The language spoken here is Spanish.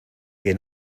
que